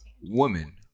woman